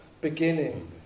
beginning